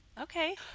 Okay